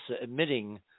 admitting